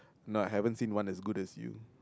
no I haven't seen one as good as you